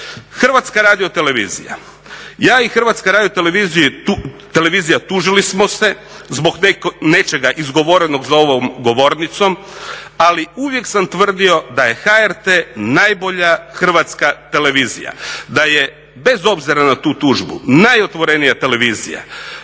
Hrvatska radiotelevizija, ja i Hrvatska radiotelevizija tužili smo se zbog nečega izgovorenog za ovom govornicom ali uvijek sam tvrdio da je HRT najbolja hrvatska televizija. Da je, bez obzira na tu tužbu najotvorenija televizija,